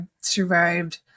survived